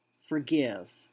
forgive